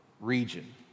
region